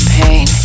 pain